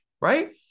right